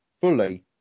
fully